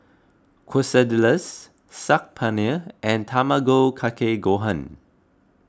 Quesadillas Saag Paneer and Tamago Kake Gohan